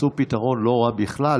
מצאו פתרון לא רע בכלל,